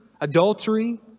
adultery